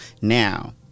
Now